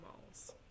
malls